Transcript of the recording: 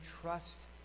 trust